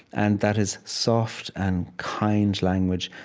and that is soft and kind language,